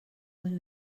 when